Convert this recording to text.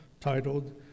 titled